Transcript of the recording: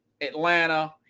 Atlanta